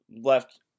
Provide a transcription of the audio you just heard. left